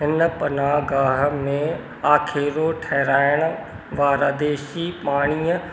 इन पनाहगाहु में आखेरो ठहरायण वारा देसी पाणीअ